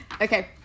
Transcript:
Okay